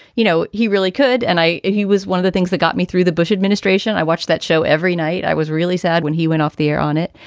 you know, he really could. and i thought he was one of the things that got me through the bush administration. i watch that show every night. i was really sad when he went off the air on it.